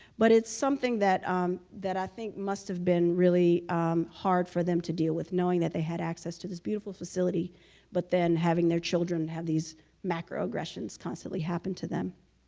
but it's something that um that i think must have been really hard for them to deal with knowing that they had access to this beautiful facility but then having their children have these macro aggressions constantly happened to them.